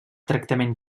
tractament